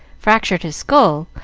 fractured his skull,